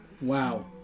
Wow